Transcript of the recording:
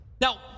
Now